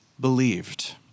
believed